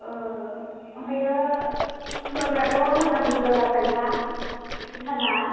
आमफायो खमलाफ्राथ' मोजां गोजा जाखायो ना भुतानना